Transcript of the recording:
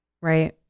Right